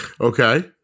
Okay